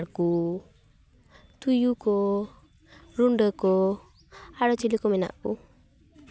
ᱦᱟᱰᱜᱟᱨ ᱠᱚ ᱛᱩᱭᱩ ᱠᱚ ᱨᱩᱰᱟᱹ ᱠᱚ ᱟᱨᱚ ᱪᱤᱞᱤ ᱠᱚ ᱢᱮᱱᱟᱜ ᱠᱚ